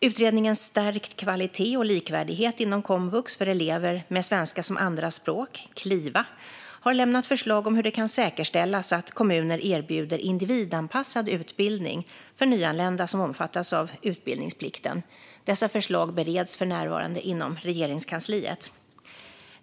Utredningen Stärkt kvalitet och likvärdighet inom komvux för elever med svenska som andraspråk, Kliva, har lämnat förslag om hur det kan säkerställas att kommuner erbjuder individanpassad utbildning för nyanlända som omfattas av utbildningsplikten. Dessa förslag bereds för närvarande inom Regeringskansliet.